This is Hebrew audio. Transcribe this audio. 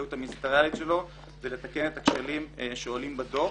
האחריות המיניסטריאלית שלו זה לתקן את הכשלים שעולים בדוח.